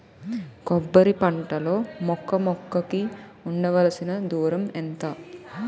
కొబ్బరి పంట లో మొక్క మొక్క కి ఉండవలసిన దూరం ఎంత